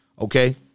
Okay